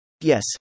Yes